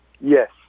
Yes